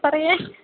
परये